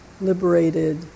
liberated